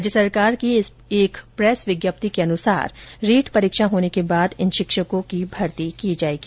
राज्य सरकार की एक प्रेस विज्ञप्ति के अनुसार रीट परीक्षा होने के बाद इन शिक्षकों की भर्ती की जायेगी